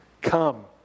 come